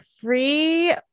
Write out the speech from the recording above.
free